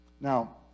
Now